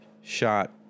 shot